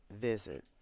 visit